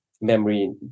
memory